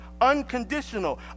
unconditional